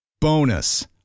Bonus